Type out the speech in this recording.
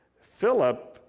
Philip